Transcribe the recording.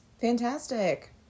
Fantastic